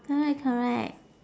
correct correct